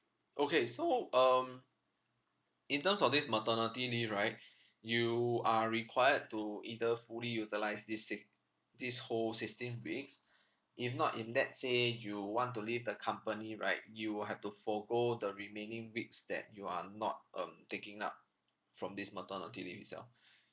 okay so um in terms of this maternity leave right you are required to either fully utilise these six~ these whole sixteen weeks if not in let's say you want to leave the company right you will have to forgo the remaining weeks that you are not um taking up from this maternity leave itself